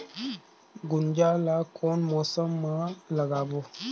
गुनजा ला कोन मौसम मा लगाबो?